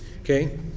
Okay